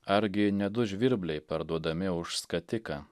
argi ne du žvirbliai parduodami už skatiką